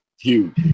Huge